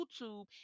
youtube